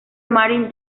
marine